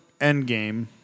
Endgame